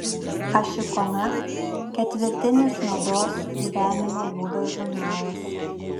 aš ikona ketvirtinis mados gyvenimo būdo žurnalas